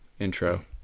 intro